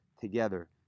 together